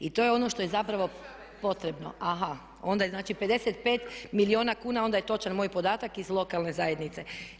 To je ono što je zapravo potrebno. … [[Upadica se ne razumije.]] Aha, onda je znači 55 milijuna kuna onda je točan moj podatak iz lokalne zajednice.